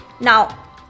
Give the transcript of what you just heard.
Now